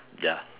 ya